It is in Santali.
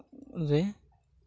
ᱨᱮ